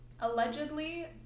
allegedly